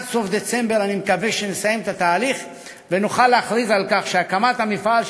עד סוף דצמבר אני מקווה שנסיים את התהליך ונוכל להכריז על הקמת המפעל,